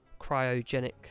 cryogenic